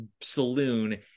saloon